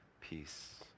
peace